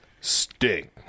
stink